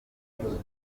uruganda